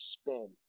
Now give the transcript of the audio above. spin